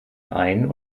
ein